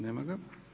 Nema ga.